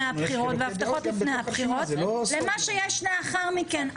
הבחירות והבטחות לפני הבחירות לבין מה שיש לאחר מכן.